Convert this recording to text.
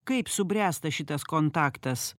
kaip subręsta šitas kontaktas